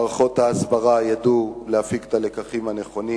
מערכות ההסברה ידעו להפיק את הלקחים הנכונים.